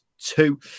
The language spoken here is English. Two